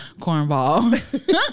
Cornball